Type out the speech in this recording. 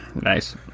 Nice